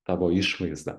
tavo išvaizda